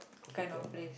Kopitiam lah